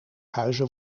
huizen